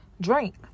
drink